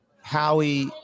Howie